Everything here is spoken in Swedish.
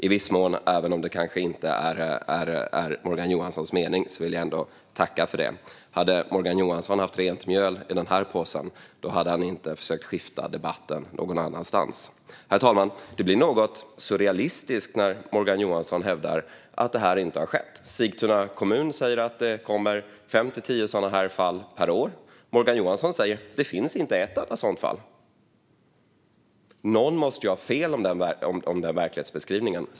I viss mån, även om det kanske inte är Morgan Johanssons mening, vill jag ändå tacka för det. Hade Morgan Johansson haft rent mjöl i den här påsen hade han inte försökt skifta debatten till att handla om något annat. Herr talman! Det blir något surrealistiskt när Morgan Johansson hävdar att det här inte har skett. Sigtuna kommun säger att det kommer fem till tio sådana fall per år. Morgan Johansson säger att det inte finns ett enda sådant fall. Någon måste ju ha fel om den verklighetsbeskrivningen.